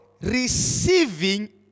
receiving